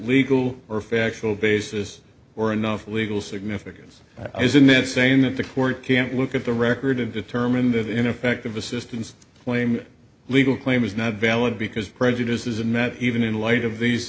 legal or factual basis or enough legal significance is in this saying that the court can't look at the record to determine that ineffective assistance claim legal claim is not valid because prejudices are met even in light of these